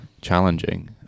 challenging